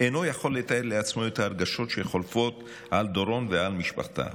אינו יכול לתאר לעצמו את הרגשות שחולפים על דורון ועל משפחתה.